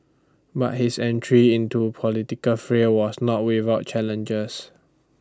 but his entry into political frail was not without challenges